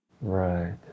Right